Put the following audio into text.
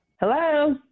Hello